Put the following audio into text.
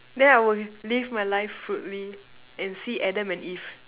then I will live my life fruitly and see Adam and Eve